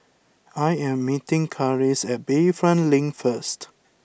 I am meeting Karis at Bayfront Link first